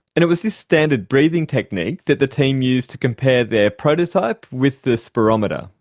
and it was this standard breathing technique that the team used to compare their prototype with the spirometer.